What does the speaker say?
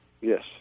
Yes